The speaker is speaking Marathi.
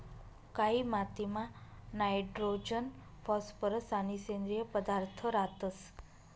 कायी मातीमा नायट्रोजन फॉस्फरस आणि सेंद्रिय पदार्थ रातंस